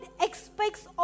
expects